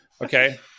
Okay